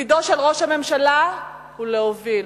תפקידו של ראש הממשלה הוא להוביל.